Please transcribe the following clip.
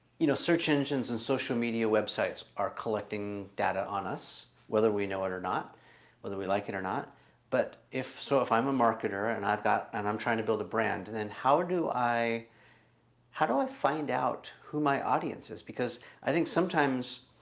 you know search engines and social media websites are collecting data on us whether we know it or not whether we like it or not but if so if i'm a marketer and i've got and i'm trying to build a brand then how do i how do i find out who my audience is because i think sometimes